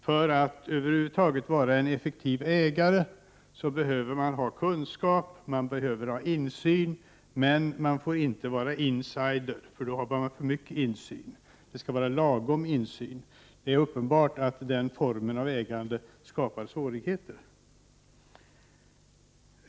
För att över huvud taget vara en effektiv ägare behöver man ha kunskap och insyn, men man får inte vara en ”insider”, för då har man för mycket insyn. Det skall vara lagom insyn. Det är uppenbart att den formen av ägande skapar svårigheter.